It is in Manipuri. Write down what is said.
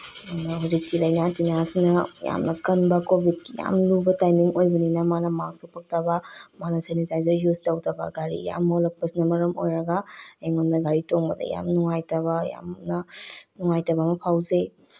ꯑꯗꯨꯅ ꯍꯧꯖꯤꯛꯇꯤ ꯂꯥꯏꯅꯥ ꯇꯤꯟꯅꯥꯁꯤꯅ ꯌꯥꯝꯅ ꯀꯟꯕ ꯀꯣꯕꯤꯠꯀꯤ ꯌꯥꯝ ꯂꯨꯕ ꯇꯥꯏꯃꯤꯡ ꯑꯣꯏꯕꯅꯤꯅ ꯃꯥꯅ ꯃꯥꯛꯁ ꯎꯞꯄꯛꯇꯕ ꯃꯥꯅ ꯁꯦꯅꯤꯇꯥꯏꯖꯔ ꯌꯨꯁ ꯇꯧꯗꯕ ꯒꯥꯔꯤ ꯌꯥꯝ ꯃꯣꯠꯂꯛꯄꯁꯤꯅ ꯃꯔꯝ ꯑꯣꯏꯔꯒ ꯑꯩꯉꯣꯟꯗ ꯒꯥꯔꯤ ꯇꯣꯡꯕꯗ ꯌꯥꯝ ꯅꯨꯡꯉꯥꯏꯇꯕ ꯌꯥꯝꯅ ꯅꯨꯡꯉꯥꯏꯇꯕ ꯑꯃ ꯐꯥꯎꯖꯩ